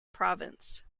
province